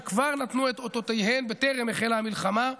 שכבר נתנו את אותותיהן בטרם החלה המלחמה,